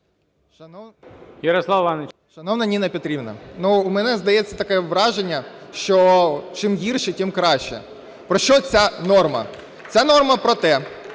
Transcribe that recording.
Я.І. Шановна Ніна Петрівна, у мене здається таке враження, що чим гірше, тим краще. Про що ця норма? Ця норма про те,